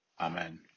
Amen